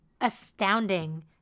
astounding